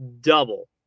Double